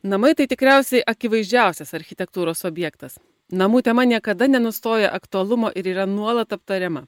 namai tai tikriausiai akivaizdžiausias architektūros objektas namų tema niekada nenustoja aktualumo ir yra nuolat aptariama